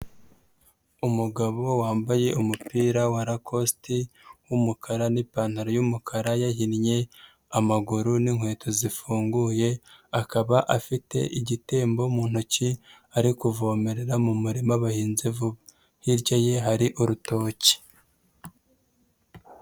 Umugabo wambaye umupira wa lakositi w'umukara n'ipantaro y'umukara yahinnye amaguru n'inkweto zifunguye, akaba afite igitembo mu ntoki ari kuvomerera mu muririma bahinze vuba, hirya ye hari urutoki.